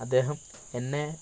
അദ്ദേഹം എന്നെ